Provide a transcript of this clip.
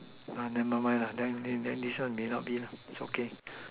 never mind then then then this one may not be it's okay